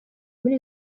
muri